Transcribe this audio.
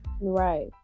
right